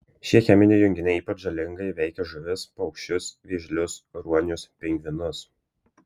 šie cheminiai junginiai ypač žalingai veikia žuvis paukščius vėžlius ruonius pingvinus